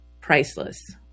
Priceless